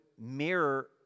mirror